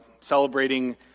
celebrating